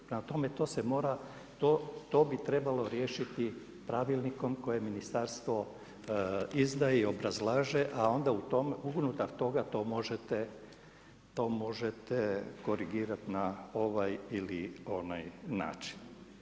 Prema tome to se mora, to bi trebalo riješiti pravilnikom koje ministarstvo izdaje i obrazlaže a onda unutar toga to možete, to možete korigirati na ovaj ili onaj način.